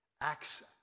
acts